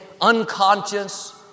unconscious